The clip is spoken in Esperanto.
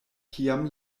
kiam